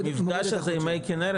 במפגש הזה עם מי כנרת,